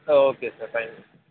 ah okay sir fine